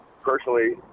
personally